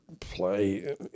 play